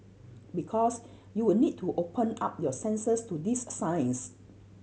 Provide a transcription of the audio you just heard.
because you were need to open up your senses to these a signs